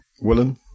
Willen